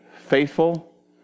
faithful